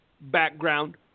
background